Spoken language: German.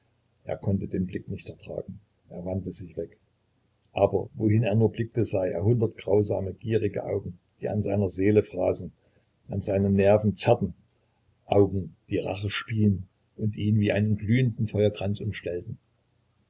er konnte den blick nicht ertragen er wandte sich weg aber wohin er nur blickte sah er hundert grausame gierige augen die an seiner seele fraßen an seinen nerven zerrten augen die rache spien und ihn wie ein glühender feuerkranz umstellten